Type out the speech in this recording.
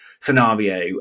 scenario